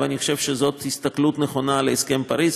אבל אני חושב שזאת הסתכלות נכונה על הסכם פריז,